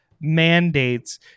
mandates